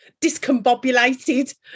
discombobulated